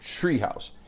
treehouse